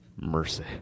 Mercy